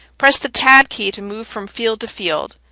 press the tab key to move from field to field.